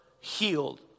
healed